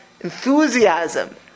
enthusiasm